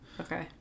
Okay